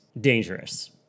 dangerous